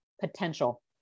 potential